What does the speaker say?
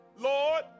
Lord